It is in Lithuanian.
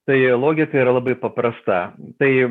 tai logika yra labai paprasta tai